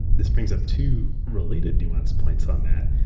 this brings up two related nuance points on that.